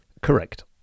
Correct